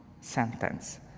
sentence